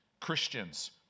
Christians